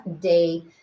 day